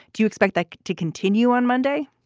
do you expect that to continue on monday?